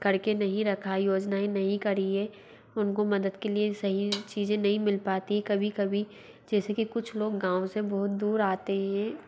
कर के नहीं रखाई योजनाऍं नहीं करी हैं उनको मदद के लिए सही चीज़ें नहीं मिल पाती कभी कभी जैसे कि कुछ लोग गाँव से बहुत दूर आते हैं